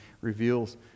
reveals